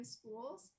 Schools